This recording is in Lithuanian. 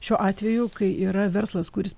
šiuo atveju kai yra verslas kuris